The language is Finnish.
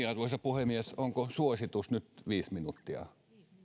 arvoisa puhemies onko suositus nyt viisi minuuttia